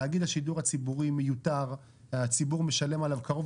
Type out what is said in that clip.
תאגיד השידור הציבורי מיותר והציבור משלם עליו קרוב